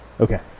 Okay